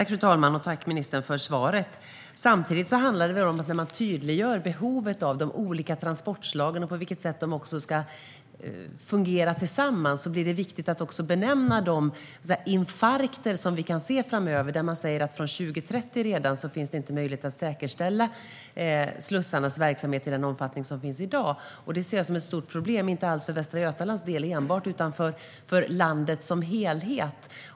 Fru talman! Jag tackar ministern för svaret. Samtidigt handlar det om att när man tydliggör behovet av de olika transportslagen och på vilket sätt de ska fungera tillsammans blir det viktigt att också benämna de infarkter som vi kan se framöver. Till exempel finns det redan från 2030 inte möjlighet att säkerställa slussarnas verksamhet i den omfattning som finns i dag. Jag ser detta som ett problem, inte enbart för Västra Götaland utan för landet som helhet.